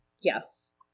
Yes